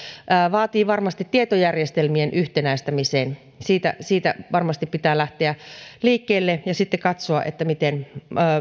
vaatii varmasti tietojärjestelmien yhtenäistämisen siitä varmasti pitää lähteä liikkeelle ja sitten katsoa miten